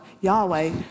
Yahweh